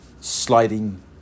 sliding